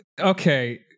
okay